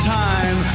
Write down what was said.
time